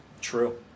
True